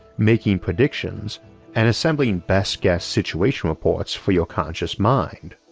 making predictions and assembling best-guess situation reports for your conscious mind.